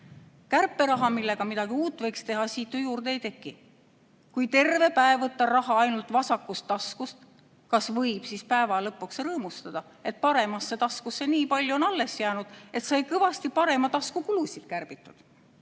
Kärperaha, millega midagi uut võiks teha, siit ju juurde ei teki. Kui terve päev võtta raha ainult vasakust taskust, kas võib siis päeva lõpuks rõõmustada, et paremasse taskusse nii palju on alles jäänud, et sai kõvasti parema tasku kulusid kärbitud?